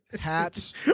hats